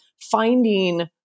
finding